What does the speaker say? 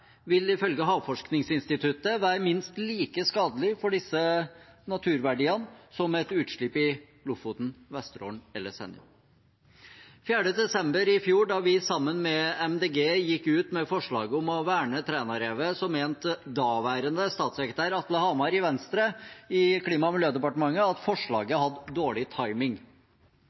ifølge Havforskningsinstituttet være minst like skadelige for disse naturverdiene som et utslipp i Lofoten, Vesterålen eller Senja. Den 4. desember i fjor, da vi sammen med MDG gikk ut med forslaget om å verne Trænarevet, mente daværende statssekretær i Klima- og miljødepartementet, Atle Hamar fra Venstre, at forslaget hadde «dårlig timing».